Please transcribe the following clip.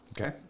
Okay